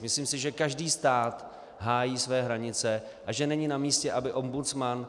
Myslím si, že každý stát hájí své hranice, a že není namístě, aby ombudsman...